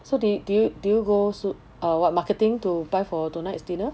so do do you do you go suit err marketing to buy for tonight's dinner